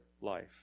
life